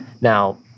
Now